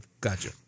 Gotcha